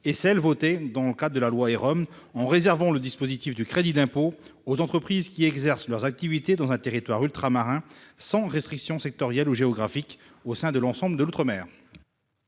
et celles qui ont été votées dans la loi EROM, en réservant le dispositif du crédit d'impôt aux entreprises qui exercent leurs activités dans un territoire ultramarin, sans restriction sectorielle ou géographique au sein de l'ensemble de l'outre-mer.